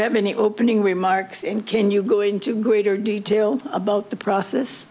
have any opening remarks in can you go into greater detail about the process